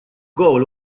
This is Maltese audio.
gowl